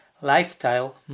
lifestyle